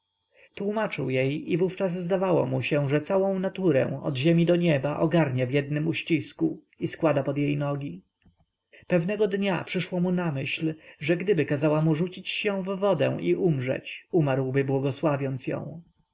tłómaczył jej i wówczas zdawało mu się że całą naturę od ziemi do nieba ogarnia w jednym uścisku i składa jej pod nogi pewnego dnia przyszło mu na myśl że gdyby kazała mu rzucić się w wodę i umrzeć umarłby błogosławiąc ją